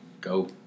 go